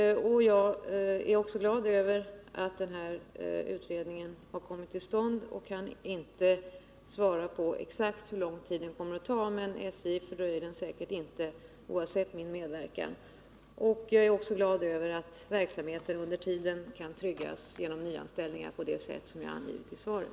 Jag är glad över att den här utredningen har kommit till stånd men kan inte exakt svara på hur lång tid den kommer att ta, men SJ fördröjer den säkert inte. Jag är också glad över att verksamheten under tiden kan tryggas genom nyanställningar på det sätt som jag angivit i svaret.